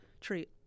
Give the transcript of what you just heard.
treat